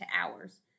hours